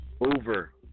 Over